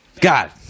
God